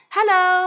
Hello